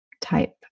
type